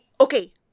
okay